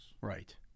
Right